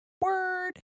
Word